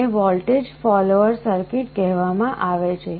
આને voltage follower circuit કહેવામાં આવે છે